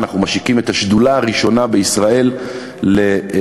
אנחנו משיקים את השדולה הראשונה בישראל לשכירויות,